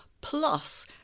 plus